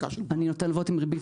אני נותן הלוואות עם ריבית,